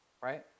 Right